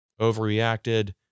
overreacted